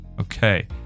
Okay